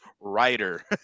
writer